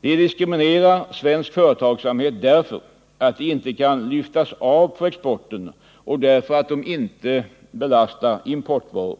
Den diskriminerar svensk företagsamhet därför att den inte kan lyftas av exporten och därför att den inte belastar importvaror.